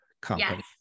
company